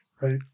Right